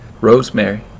Rosemary